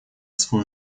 свою